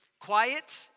Quiet